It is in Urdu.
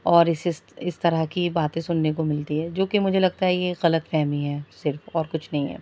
اور اسس اس طرح کی باتیں سننے کو ملتی ہیں جو کہ مجھے لگتا ہے کہ یہ غلط فہمی ہے صرف اور کچھ نہیں ہے